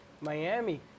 Miami